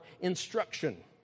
instruction